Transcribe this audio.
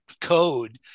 code